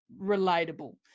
relatable